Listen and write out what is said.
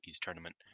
tournament